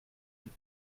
huit